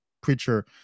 preacher